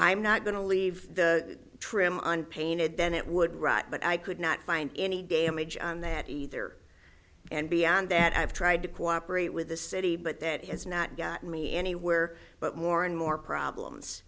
i'm not going to leave the trim and painted then it would rot but i could not find any damage on that either and beyond that i've tried to cooperate with the city but that has not gotten me anywhere but more and more problems